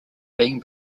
being